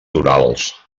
torals